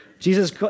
Jesus